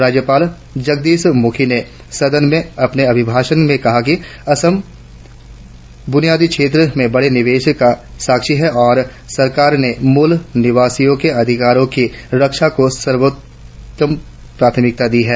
राज्यपाल जगदीश मुखी ने सदन में अपने अभिभाषण में कहा कि असम ब्रुनियादी क्षेत्र में बड़े निवेश का साक्षी है और सरकार ने मूल निवासियों के अधिकारों को रक्षा को सर्वोच्च प्राथमिकता दी है